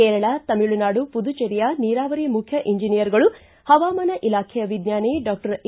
ಕೇರಳ ತಮಿಳುನಾಡು ಪುದುಚೆರಿಯ ನೀರಾವರಿ ಮುಖ್ಯ ಎಂಜಿನಿಯರ್ಗಳು ಹವಾಮಾನ ಇಲಾಖೆಯ ವಿಜ್ಞಾನಿ ಡಾಕ್ಟರ್ ಎ